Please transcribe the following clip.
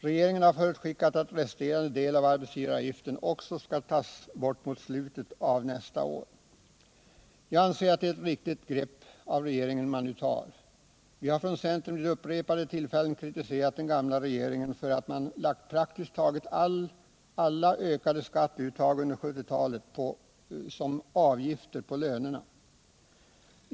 Regeringen har förutskickat att den resterande delen av arbetsgivaravgiften också skall tas bort mot slutet av nästa år. Jag anser att det är ett riktigt grepp som regeringen nu tar. Vi har från centern vid upprepade tillfällen kritiserat den gamla regeringen för att man lagt praktiskt taget alla ökade skatteuttag under 1970-talet som avgifter på lönerna.